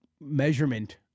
measurement